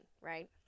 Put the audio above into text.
right